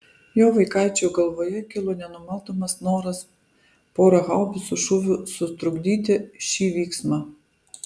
jo vaikaičio galvoje kilo nenumaldomas noras pora haubicų šūvių sutrukdyti šį vyksmą